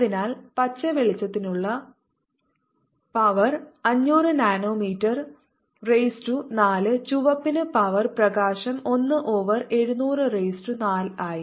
അതിനാൽ പച്ച വെളിച്ചത്തിനുള്ള പവർ 500 നാനോമീറ്ററിൽ റൈസ് ടു 4 ചുവപ്പിന് പവർ പ്രകാശം 1 ഓവർ 700 റൈസ് ടു 4 ആയി